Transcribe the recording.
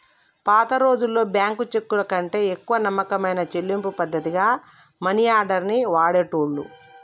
పాతరోజుల్లో బ్యేంకు చెక్కుకంటే ఎక్కువ నమ్మకమైన చెల్లింపు పద్ధతిగా మనియార్డర్ ని వాడేటోళ్ళు